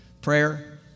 Prayer